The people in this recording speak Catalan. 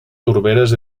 torberes